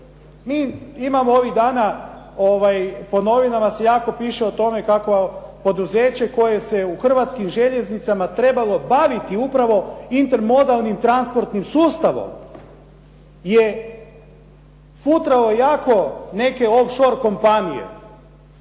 Mi imamo ovih dana po novinama se jako piše o tome kako poduzeće koje se u Hrvatskim željeznicama trebalo baviti upravo intermodelnim transportnim sustavom je futrao jako neke off shore kompanije.